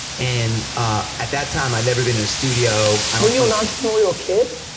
and at that time i'd never been in a studio, i were you an entrepreneurial kid?